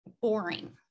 boring